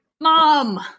Mom